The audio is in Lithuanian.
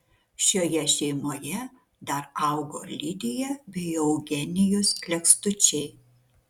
šioje šeimoje dar augo lidija bei eugenijus lekstučiai